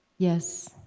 yes,